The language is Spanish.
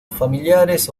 familiares